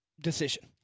decision